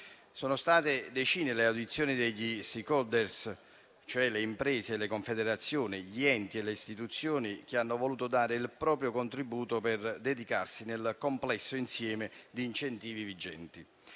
Sono state decine le audizioni degli *stakeholder*, cioè le imprese, le confederazioni, gli enti e le istituzioni che hanno voluto dare il proprio contributo per dedicarsi al complesso insieme di incentivi vigenti.